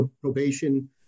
probation